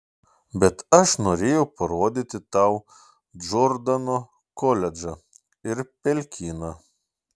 bet aš norėjau parodyti tau džordano koledžą ir pelkyną